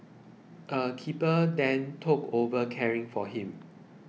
a keeper then took over caring for him